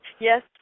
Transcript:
yes